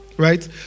right